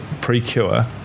Precure